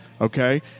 Okay